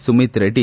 Sumit Reddy